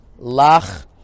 Lach